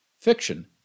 Fiction